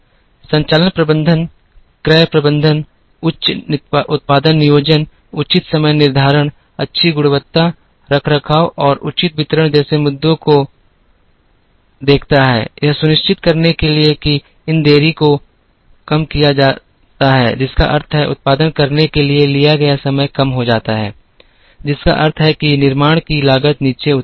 संचालन प्रबंधन क्रय प्रबंधन उचित उत्पादन नियोजन उचित समय निर्धारण अच्छी गुणवत्ता रखरखाव और उचित वितरण जैसे मुद्दों को देखता है यह सुनिश्चित करने के लिए कि इन देरी को कम किया जाता है जिसका अर्थ है उत्पादन करने के लिए लिया गया समय कम हो जाता है जिसका अर्थ है कि निर्माण की लागत नीचे उतरते हैं